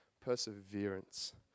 perseverance